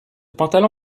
pantalon